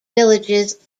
villages